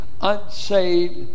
unsaved